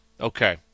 okay